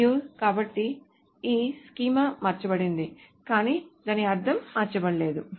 మరియు కాబట్టి స్కీమా మార్చబడింది కానీ దాని అర్థం మార్చబడలేదు